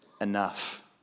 enough